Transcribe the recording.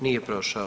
Nije prošao.